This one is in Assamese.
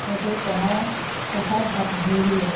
সেই পঢ়া পঢ়াৰ ভাৱ ভংগীৰে